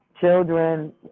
children